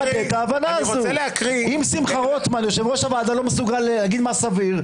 אם שמחה רוטמן יושב-ראש הוועדה הזו לא יודע לומר מה סביר,